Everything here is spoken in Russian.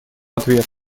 ответ